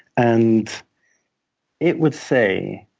and it would say,